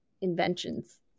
inventions